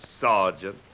Sergeant